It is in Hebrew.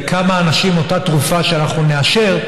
לכמה אנשים תעזור אותה תרופה שאנחנו נאשר.